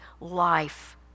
life